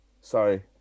sorry